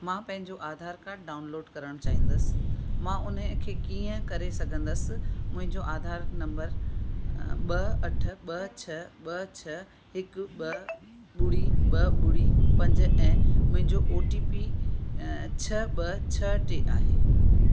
मां पंहिंजो Aadhaar card download करणु चाहींदसि मां उन खे कीअं करे सघंदसि मुंहिंजो आधार नंबर ॿ अठ ॿ छह ॿ छह हिकु ॿ ॿुड़ी ॿ ॿुड़ी पंज ऐं मुंहिंजो ओ टी पी छह ॿ छह टे आहे